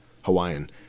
Hawaiian